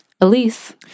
Elise